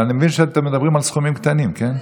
אבל אני מבין שאתם מדברים על סכומים קטנים, כן?